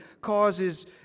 causes